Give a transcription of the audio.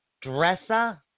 Dresser